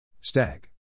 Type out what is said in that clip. Stag